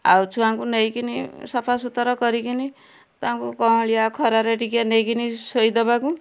ଆଉ ଛୁଆଙ୍କୁ ନେଇକିନି ସଫାସୁତର କରିକିନି ତାଙ୍କୁ କଅଁଳିଆ ଖରାରେ ଟିକେ ନେଇକିନି ଶୋଇ ଦବାକୁ